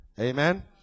amen